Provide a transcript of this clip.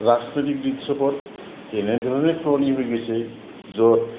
ৰাজনৈতিক দৃশ্যপট এনেধৰণে সলনি হৈ গৈছে য'ত